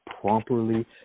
properly